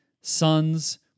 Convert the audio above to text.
son's